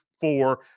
four